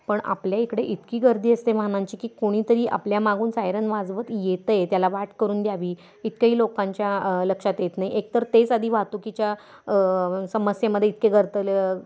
पण आपल्या इकडे इतकी गर्दी असते वाहनांची की कोणीतरी आपल्या मागून सायरन वाजवत येतं आहे त्याला वाट करून द्यावी इतकंही लोकांच्या लक्षात येत नाही एकतर तेच आदी वाहतुकीच्या समस्यामध्ये इतके गर्तलं